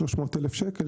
300 אלף שקל,